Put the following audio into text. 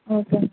okay